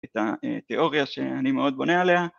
את התיאוריה שאני מאוד בונה עליה